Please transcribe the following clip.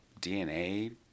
dna